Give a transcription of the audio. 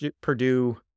Purdue